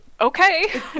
okay